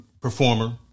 performer